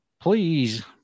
Please